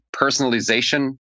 personalization